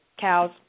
cows